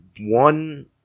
one